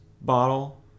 bottle